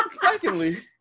secondly